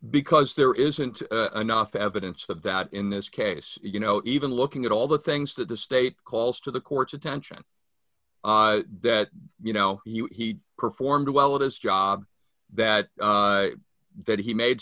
because there isn't enough evidence of that in this case you know even looking at all the things that the state calls to the court's attention that you know he performed well as job that that he made